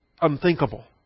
unthinkable